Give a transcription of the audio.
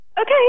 Okay